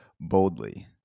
boldly